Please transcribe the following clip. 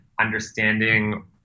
understanding